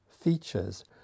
features